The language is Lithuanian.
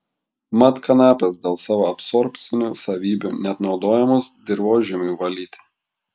mat kanapės dėl savo absorbcinių savybių net naudojamos dirvožemiui valyti